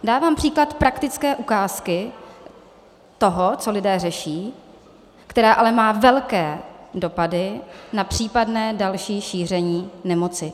Dávám příklad praktické ukázky toho, co lidé řeší, která ale má velké dopady na případné další šíření nemoci.